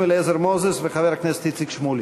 אליעזר מוזס ולחבר הכנסת איציק שמולי.